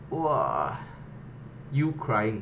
!wah! you crying